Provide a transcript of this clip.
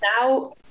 now